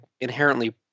inherently